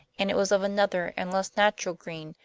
and it was of another and less natural green,